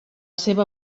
seva